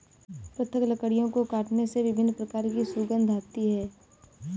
पृथक लकड़ियों को काटने से विभिन्न प्रकार की सुगंध आती है